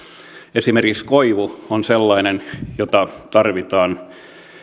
esimerkiksi koivu on sellainen jota tarvitaan